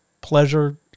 pleasure